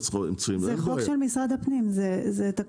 זה לא כולל רשויות מקומיות.